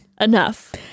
enough